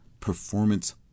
performance